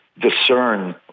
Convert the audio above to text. discern